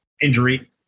injury